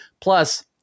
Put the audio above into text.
Plus